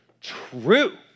true